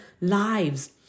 lives